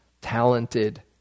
talented